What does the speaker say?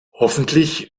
hoffentlich